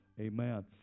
amen